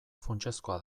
funtsezkoa